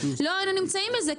לא היינו נמצאים בזה,